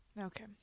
Okay